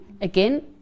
Again